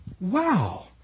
wow